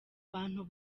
bantu